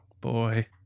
boy